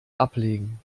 ablegen